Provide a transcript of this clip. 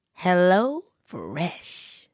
HelloFresh